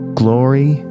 glory